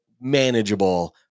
manageable